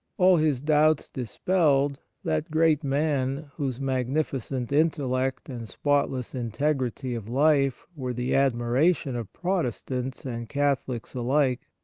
all his doubts dispelled, that great man, whose magnificent intellect and spotless integrity of life were the admiration of protestants and catholics alike,